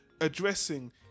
addressing